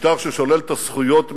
משטר ששולל את הזכויות מהאזרחים,